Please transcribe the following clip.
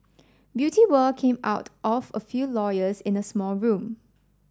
beauty world came out of a few lawyers in a small room